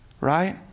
right